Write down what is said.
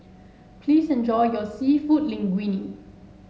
please enjoy your seafood Linguine